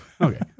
okay